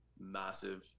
massive